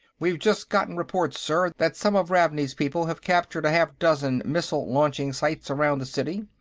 we've just gotten reports, sir, that some of ravney's people have captured a half-dozen missile-launching sites around the city.